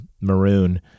maroon